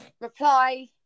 reply